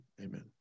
Amen